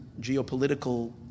geopolitical